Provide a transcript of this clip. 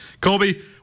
Colby